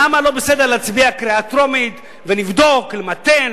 למה לא בסדר להצביע בקריאה טרומית ונבדוק, למתן?